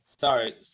Sorry